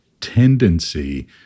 tendency